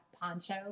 Poncho